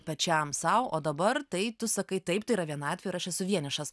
pačiam sau o dabar tai tu sakai taip tai yra vienatvė ir aš esu vienišas